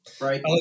Right